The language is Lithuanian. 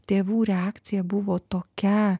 tėvų reakcija buvo tokia